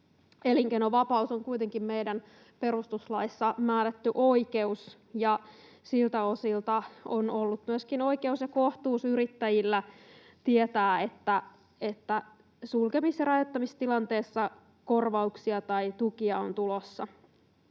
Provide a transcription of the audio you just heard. Elinkeinovapaus on kuitenkin meidän perustuslaissa määrätty oikeus, ja siltä osilta on ollut myöskin oikeus ja kohtuus yrittäjille tietää, että sulkemis- ja rajoittamistilanteessa korvauksia tai tukia on tulossa.